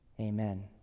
amen